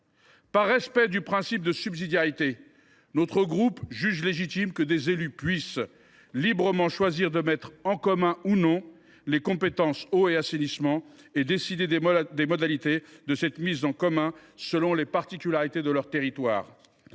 Par respect du principe de subsidiarité, notre groupe juge légitime que des élus puissent choisir librement de mettre en commun, ou non, les compétences « eau » et « assainissement », et décider des modalités de cette mise en commun selon les particularités de leur territoire.